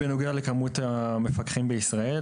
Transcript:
בנוגע למספר המפקחים בישראל,